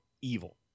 evil